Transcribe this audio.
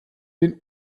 den